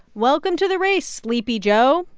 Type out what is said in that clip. welcome to the race, sleepy joe.